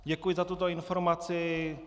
Děkuji za tuto informaci.